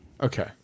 Okay